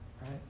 right